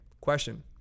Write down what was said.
Question